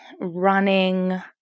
running